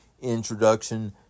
introduction